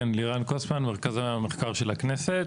כן, לירן קוסמן, מרכז המחקר של הכנסת.